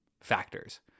factors